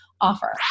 offer